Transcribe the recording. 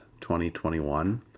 2021